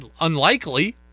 unlikely